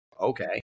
okay